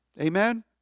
Amen